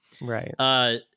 Right